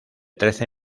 trece